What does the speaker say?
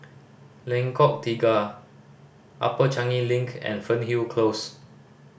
Lengkok Tiga Upper Changi Link and Fernhill Close